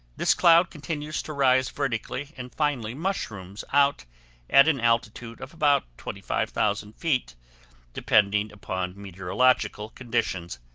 this cloud continues to rise vertically and finally mushrooms out at an altitude of about twenty five thousand feet depending upon meteorological conditions.